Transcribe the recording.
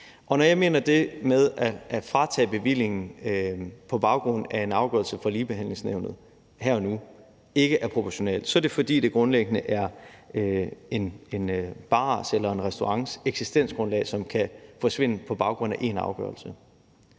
at det med at fratage bevillingen på baggrund af en afgørelse fra Ligebehandlingsnævnet her og nu ikke er proportionalt, så er det, fordi det grundlæggende er en bars eller en restaurants eksistensgrundlag, som kan forsvinde på baggrund af én afgørelse.